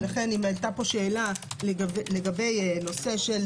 לכן אם היתה פה שאלה לגבי נושא של